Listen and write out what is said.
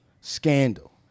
Scandal